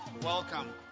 Welcome